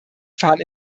fahren